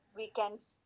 weekends